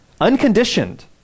unconditioned